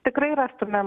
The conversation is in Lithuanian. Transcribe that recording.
tikrai rastumėm